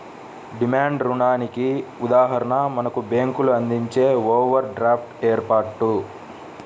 demand రుణానికి ఉదాహరణ మనకు బ్యేంకులు అందించే ఓవర్ డ్రాఫ్ట్ ఏర్పాటు